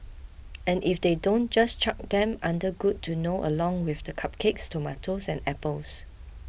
and if they don't just chuck them under good to know along with the cupcakes tomatoes and apples